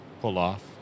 pull-off